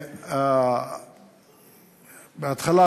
בהתחלה,